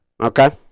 Okay